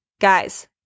Guys